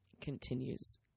continues